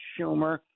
Schumer